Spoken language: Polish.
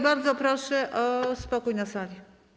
Bardzo proszę o spokój na sali.